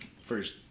first